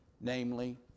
namely